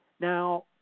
Now